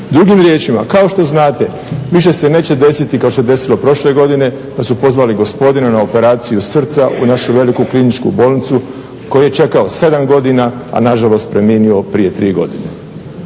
Drugim riječima kao što znate više se neće desiti kao što se desilo prošle godine da su pozvali gospodina na operaciju srca u našu veliku kliničku bolnicu koji je čekao 7 godina, a nažalost preminuo prije 3 godine.